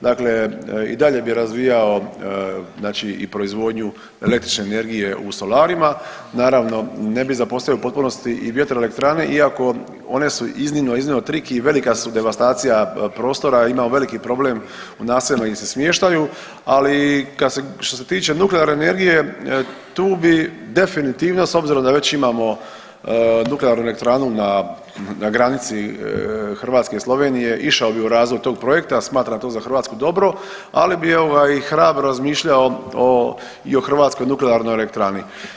Dakle i dalje bi razvijao znači i proizvodnju električne energije u solarima, naravno ne bi zapostavio u potpunosti i vjetroelektrane iako one su iznimno, iznimno trik i velika su devastacija prostora, imaju veliki problem u naseljima gdje im se smještaju, ali kad se, što se tiče nuklearne energije tu bi definitivno s obzirom da već imamo nuklearnu elektranu na granici Hrvatske i Slovenije išao bi u razvoj tog projekta, smatram to za Hrvatsku dobro, ali bi ovoga i hrabro razmišljao o i o hrvatskoj nuklearnoj elektrani.